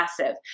massive